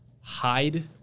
hide